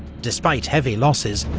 despite heavy losses,